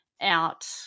out